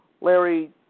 Larry